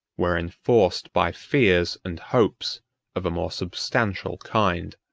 were enforced by fears and hopes of a more substantial kind.